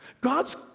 God's